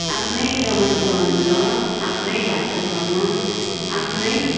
आफ्नै रहन सहन छ आफ्नै भाषासँग आफ्नै